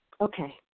Okay